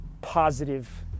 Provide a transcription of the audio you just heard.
positive